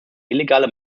illegale